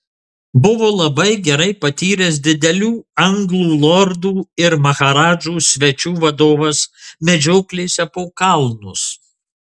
buvo labai gerai patyręs didelių anglų lordų ir maharadžų svečių vadovas medžioklėse po kalnus